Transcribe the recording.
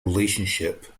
relationship